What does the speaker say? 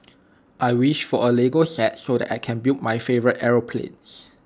I wished for A Lego set so that I can build my favourite aeroplanes